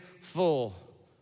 full